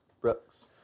brooks